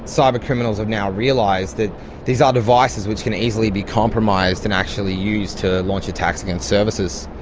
cyber criminals have now realised that these are devices which can easily be compromised and actually used to launch attacks against services.